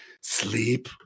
sleep